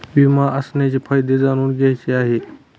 विमा असण्याचे फायदे जाणून घ्यायचे आहे